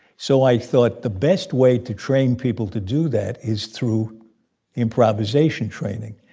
so i thought the best way to train people to do that is through improvisation training.